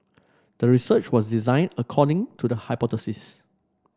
the research was designed according to the hypothesis